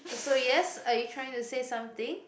so yes are you trying to say something